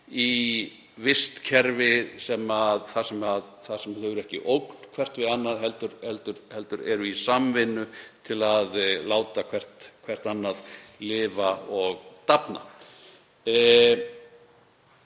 í vistkerfi þar sem þau eru ekki ógn hvert við annað heldur eru í samvinnu til að láta hvert annað lifa og dafna.